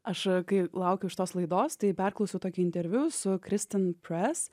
aš kai laukiau šitos laidos tai perklausiau tokį interviu su kristin pres